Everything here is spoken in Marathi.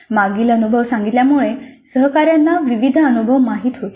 मागील अनुभव सांगितल्यामुळे सहकाऱ्यांना विविध अनुभव माहित होतात